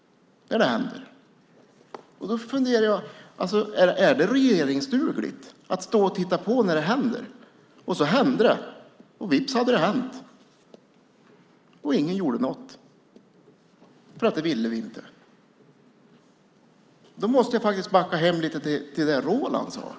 Jag undrar om det är regeringsdugligt att stå och titta på när det händer. Och vips hände det, och ingen gjorde något eftersom man inte ville det. Då måste jag backa till det som Roland Bäckman sade.